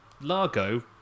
Largo